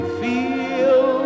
feel